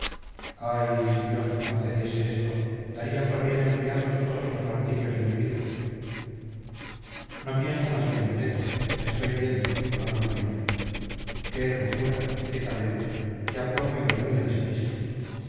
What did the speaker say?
ay si dios me concediese esto daría por bien empleados todos los martirios de mi vida no pienso más que en demetria la estoy viendo hablo con ella qué hermosura y qué talento qué aplomo y dominio de sí misma